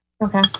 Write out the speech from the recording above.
Okay